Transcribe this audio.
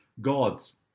gods